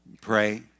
Pray